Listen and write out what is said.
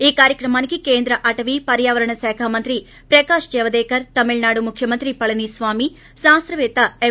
ఈ కార్యక్రమానికి కేంద్ర అటవీ పర్యావరణ శాఖ మంత్రి ప్రకాష్ జావడేకర్ తమిళనాడు ముఖ్యమంత్రి పళని స్వామి శాస్తవేత్త ఎం